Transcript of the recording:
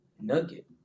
nugget